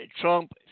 Trump